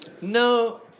No